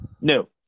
No